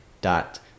dot